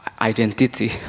identity